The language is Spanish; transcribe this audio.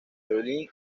violín